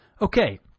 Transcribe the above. okay